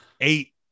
eight